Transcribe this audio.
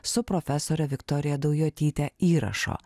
su profesore viktorija daujotyte įrašo